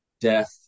death